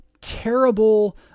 terrible